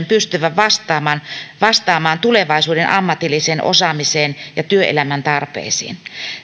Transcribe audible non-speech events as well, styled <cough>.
<unintelligible> pystyvän vastaamaan vastaamaan tulevaisuuden ammatilliseen osaamiseen ja työelämän tarpeisiin